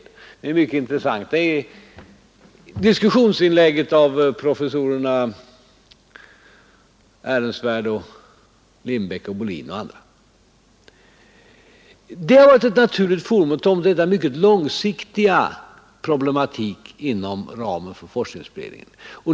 Vi har fått mycket intressanta diskussionsinlägg av professorerna Ehrensvärd, Lindbeck, Bolin och andra. Det har varit naturligt att ta upp denna mycket långsiktiga problematik inom ramen för forskningsberedningen.